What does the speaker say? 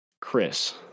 Chris